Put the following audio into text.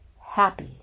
happy